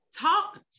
Talk